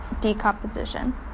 decomposition